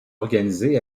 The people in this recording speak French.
organisés